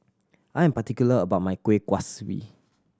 I am particular about my Kueh Kaswi